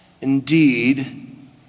indeed